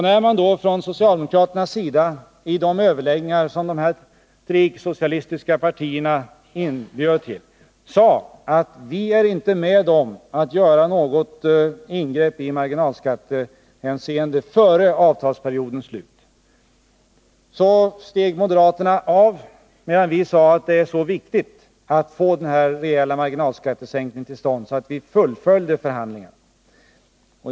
När man från socialdemokraternas sida vid de överläggningar som de tre icke-socialistiska partierna inbjöd till sade att man inte ville vara med om att göra något ingrepp i marginalskattehänseende före avtalsperiodens slut, så steg moderaterna av, medan vi sade att det var så viktigt att få denna reella marginalskattesänkning till stånd att vi skulle fullfölja förhandlingarna.